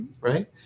right